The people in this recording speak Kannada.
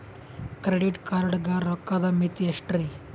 ಕ್ರೆಡಿಟ್ ಕಾರ್ಡ್ ಗ ರೋಕ್ಕದ್ ಮಿತಿ ಎಷ್ಟ್ರಿ?